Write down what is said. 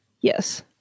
Yes